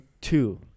two